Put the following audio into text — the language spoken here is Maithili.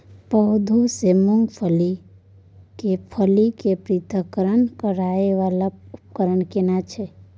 पौधों से मूंगफली की फलियां के पृथक्करण करय वाला उपकरण केना छै?